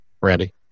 Randy